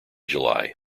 july